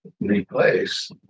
replace